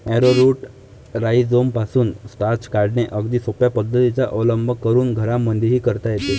arrowroot राईझोमपासून starch काढणे अगदी सोप्या पद्धतीचा अवलंब करून घरांमध्येही करता येते